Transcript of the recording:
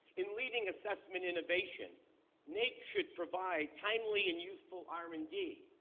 in leading assessment innovation naep should provide timely and useful r and d.